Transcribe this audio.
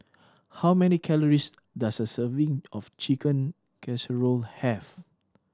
how many calories does a serving of Chicken Casserole have